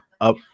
up